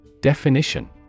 Definition